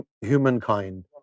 humankind